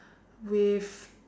with